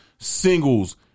singles